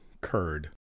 curd